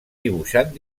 dibuixant